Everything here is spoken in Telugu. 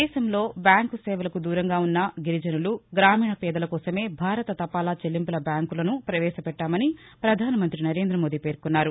దేశంలో బ్యాంకు సేవలకు దూరంగా ఉన్న గిరిజసులు గ్రామీణ పేదల కోసమే భారత తపాలా చెల్లింపుల బ్యాంక్ లను పవేశపెట్టామని పధానమంతి నరేందమోదీ పేర్కొన్నారు